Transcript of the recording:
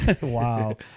Wow